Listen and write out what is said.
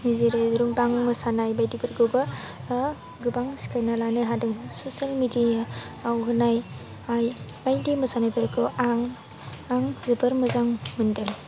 जेरै रुम्बां मोसानाय बायदिफोरखौबो गोबां सिखायना लानो हादों ससियेल मेडियायाव होनाय बायदि मोसानायफोरखौ आं जोबोर मोजां मोन्दों